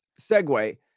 segue